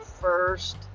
first